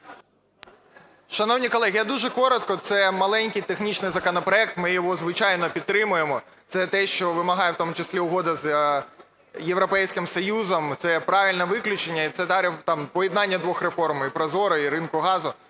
Шановні колеги, я дуже коротко. Це маленький технічний законопроект, ми його, звичайно, підтримаємо. Це те, що вимагає в тому числі Угода з Європейським Союзом, це є правильне виключення і це, там, поєднання двох реформ – і ProZorro, і ринку газу.